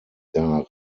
dar